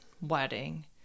wedding